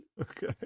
Okay